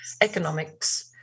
economics